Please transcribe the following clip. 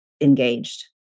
engaged